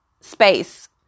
space